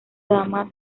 dama